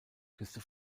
küste